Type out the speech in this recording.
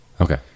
okay